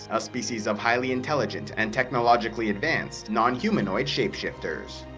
a species of highly intelligent, and technologically advanced non humanoid shapeshifters.